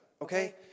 okay